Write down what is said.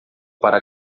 para